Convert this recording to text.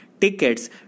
tickets